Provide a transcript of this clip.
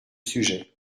sujet